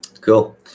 Cool